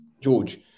George